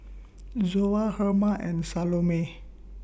Zoa Herma and Salome